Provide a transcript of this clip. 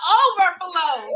overflow